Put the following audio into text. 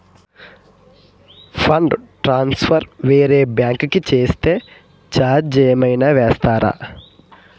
Fund transfer వేరే bank కి చేస్తే ఛార్జ్ ఏమైనా వేస్తారా?